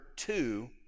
Two